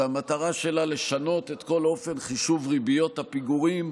שהמטרה שלה לשנות את כל אופן חישוב ריביות הפיגורים.